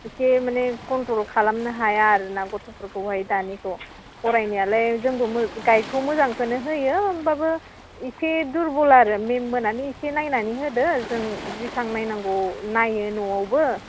इसे माने कनट्र'ल खालामनो हाया आरोना गथ'फोरखौहाय दानिखौ फरायनायालाय जोंबो गाइदखौ मोजांखौनो होयो होनबाबो इसे दुरबल आरो मेममोनानो इसे नायनानै होदो जों जेसेबां नायनांगौ नायो न'आवबो